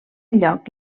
lloc